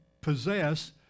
possess